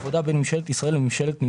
ועבודתו בישראל היא מטרה משנית,